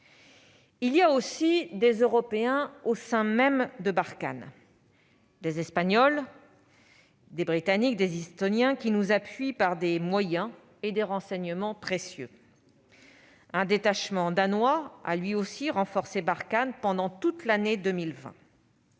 Il y a aussi des Européens au sein même de Barkhane : des Espagnols, des Britanniques, des Estoniens, qui nous appuient par des moyens et des renseignements précieux. Un détachement danois a en outre renforcé Barkhane pendant toute l'année 2020.